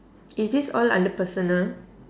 is this all under personal